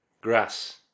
Grass